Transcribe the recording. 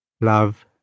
love